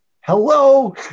Hello